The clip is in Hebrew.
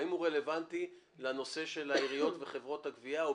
האם הוא רלוונטי לנושא של העיריות וחברות הגבייה?